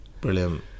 Brilliant